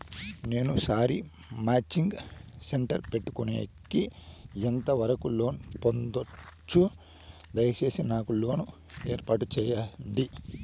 నేను sari matching centre పెట్టుకునేకి ఎంత వరకు లోను పొందొచ్చు? దయసేసి నాకు లోను ఏర్పాటు సేయండి?